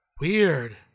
Weird